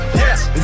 yes